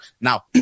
Now